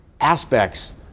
aspects